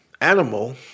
animal